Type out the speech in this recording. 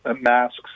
masks